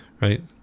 Right